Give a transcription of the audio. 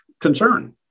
concern